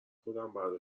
خودمم